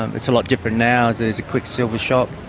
it's a lot different now, as there's a quicksilver shop,